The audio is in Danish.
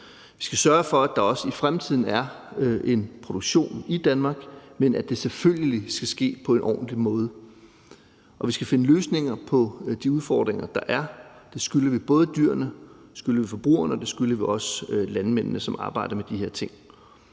Vi skal sørge for, at der også i fremtiden er en produktion i Danmark, men at det selvfølgelig skal ske på en ordentlig måde. Og vi skal finde løsninger på de udfordringer, der er. Det skylder vi både dyrene, forbrugerne og landmændene, som arbejder med de her ting.